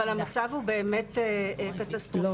אבל המצב הוא באמת קטסטרופלי,